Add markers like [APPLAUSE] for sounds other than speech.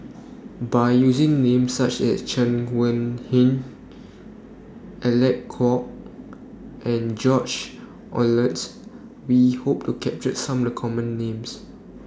By using Names such as Chen Wen [UNINTELLIGIBLE] Alec Kuok and George Oehlers We Hope to capture Some of The Common Names